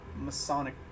Masonic